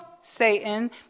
Satan